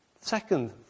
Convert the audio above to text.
Second